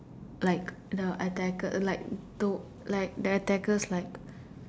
like the attacker like the like the attackers like